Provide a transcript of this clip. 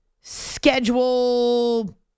schedule